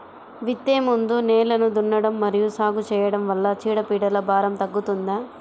విత్తే ముందు నేలను దున్నడం మరియు సాగు చేయడం వల్ల చీడపీడల భారం తగ్గుతుందా?